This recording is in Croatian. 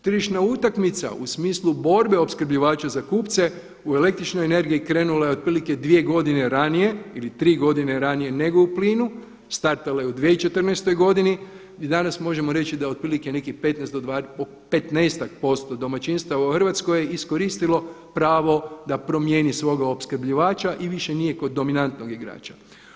Tržišna utakmica u smislu borbe opskrbljivača za kupce u električnoj energiji krenula je otprilike dvije godine ranije ili tri godine ranije nego u plinu, startala je u 2014. godini i danas možemo reći da otprilike nekih 15 do 20, oko petnaestak posto domaćinstava u Hrvatskoj je iskoristilo pravo da promijeni svoga opskrbljivača i više nije kod dominantnog igrača.